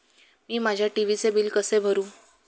मी माझ्या टी.व्ही चे बिल कसे भरू?